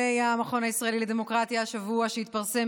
המכון הישראלי לדמוקרטיה שהתפרסמו השבוע,